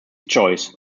choice